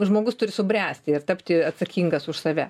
žmogus turi subręsti ir tapti atsakingas už save